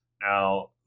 Now